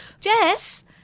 Jess